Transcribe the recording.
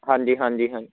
ਹਾਂਜੀ ਹਾਂਜੀ ਹਾਂਜੀ